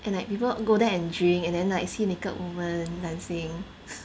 and like people go there and drink and then like see naked woman dancing